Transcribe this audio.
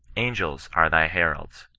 angels are thy hendds.